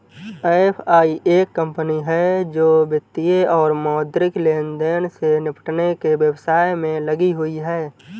FI एक कंपनी है जो वित्तीय और मौद्रिक लेनदेन से निपटने के व्यवसाय में लगी हुई है